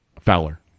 Fowler